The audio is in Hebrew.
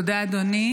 תודה, אדוני.